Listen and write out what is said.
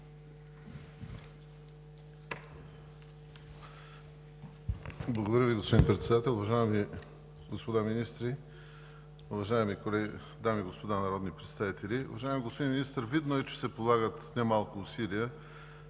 Благодаря Ви, господин Председател. Уважаеми господа министри, уважаеми дами и господа народни представители! Уважаеми господин Министър, видно е, че се полагат не малко усилия